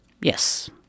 Yes